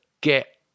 get